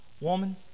woman